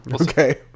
Okay